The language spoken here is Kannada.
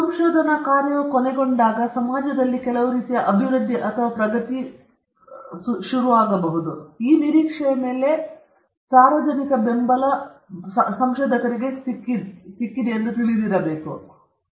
ಸಂಶೋಧನಾ ಕಾರ್ಯವು ಕೊನೆಗೊಳ್ಳಬಹುದು ಅಥವಾ ಸಮಾಜದಲ್ಲಿ ಕೆಲವು ರೀತಿಯ ಅಭಿವೃದ್ಧಿ ಅಥವಾ ಪ್ರಗತಿಗೆ ಕಾರಣವಾಗಬಹುದು ಎಂಬ ನಿರೀಕ್ಷೆಯ ಮೇಲೆ ಸಾರ್ವಜನಿಕ ಬೆಂಬಲ ಅಥವಾ ಬದಲಿಗೆ ಟ್ರಸ್ಟ್ ನಿರ್ಮಿಸಲಾಗಿದೆ ಎಂದು ಅವರು ತಿಳಿದಿರಬೇಕು ಅದು ಸಮಾಜಕ್ಕೆ ಪ್ರಯೋಜನವಾಗಬಹುದು